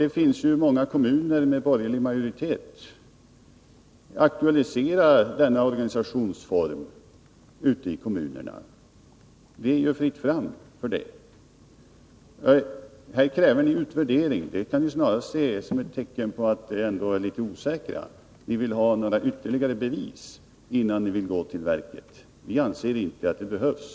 Det finns många kommuner med borgerlig majoritet, och jag föreslår att ni aktualiserar denna organisationsform ute i de kommunerna. Det är fritt fram för det. Här kräver ni utvärdering — och det kan snarast ses som ett tecken på att ni ändå är litet osäkra och vill ha ytterligare bevis innan ni går till verket. Vi anser inte att det behövs.